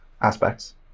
aspects